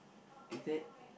is it